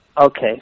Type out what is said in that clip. Okay